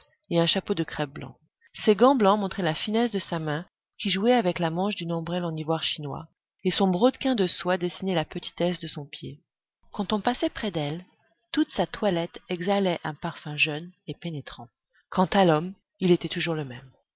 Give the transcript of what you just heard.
et un chapeau de crêpe blanc ses gants blancs montraient la finesse de sa main qui jouait avec le manche d'une ombrelle en ivoire chinois et son brodequin de soie dessinait la petitesse de son pied quand on passait près d'elle toute sa toilette exhalait un parfum jeune et pénétrant quant à l'homme il était toujours le même